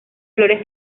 flores